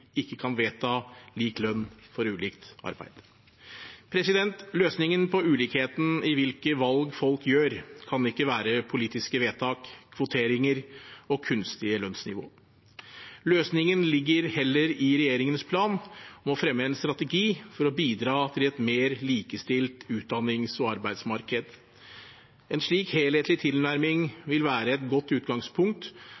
ikke kan vedta lik lønn for ulikt arbeid. Løsningen på ulikheten i hvilke valg folk gjør, kan ikke være politiske vedtak, kvoteringer og kunstige lønnsnivåer. Løsningen ligger heller i regjeringens plan om å fremme en strategi for å bidra til et mer likestilt utdannings- og arbeidsmarked. En slik helhetlig